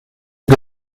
que